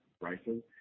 prices